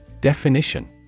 Definition